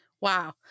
Wow